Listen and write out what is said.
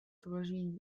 tvoří